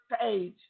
page